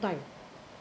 time